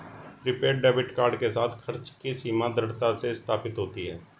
prepaid debit card के साथ, खर्च की सीमा दृढ़ता से स्थापित होती है